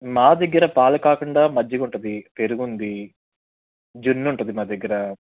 మా దగ్గర పాలు కాకుండా మజ్జిగ ఉంటుంది పెరుగు ఉంది జున్ను ఉంటుంది మా దగ్గర